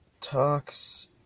talks